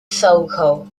soho